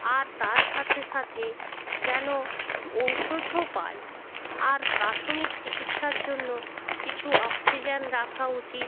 আর তার সাথে সাথে যেন ঔষধও পায় আর প্রাথমিক চিকিৎসার জন্য কিছু অক্সিজেন রাখা উচিত